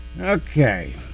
Okay